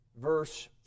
Verse